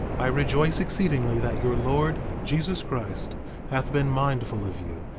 i rejoice exceedingly that your lord jesus christ hath been mindful of you,